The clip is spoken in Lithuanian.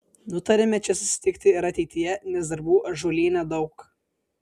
nutarėme čia susitikti ir ateityje nes darbų ąžuolyne daug